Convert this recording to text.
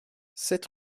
sept